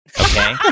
Okay